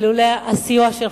אילולא הסיוע שלך,